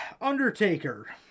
Undertaker